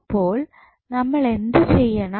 അപ്പോൾ നമ്മൾ എന്ത് ചെയ്യണം